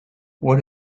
what